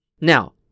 Now